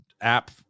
app